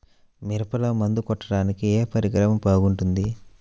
మిరపలో మందు కొట్టాడానికి ఏ పరికరం బాగుంటుంది?